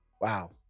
wow